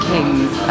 King's